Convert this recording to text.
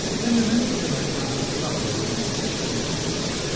then, remembering that i had come to supper with an extravagant appetite,